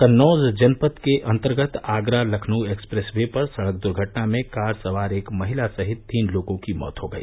कन्नौज जनपद के अन्तर्गत आगरा लखनऊ एक्सप्रेसवे पर सड़क दुर्घटना में कार सवार एक महिला सहित तीन लोगों की मौत हो गई